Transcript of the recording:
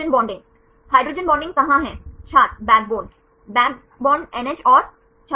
यदि आप ऐसा करते हैं तो आप इस समीकरण को बना सकते हैं और प्लेन 1 के लिए